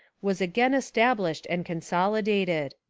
was again established and consolidated.